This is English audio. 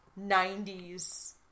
90s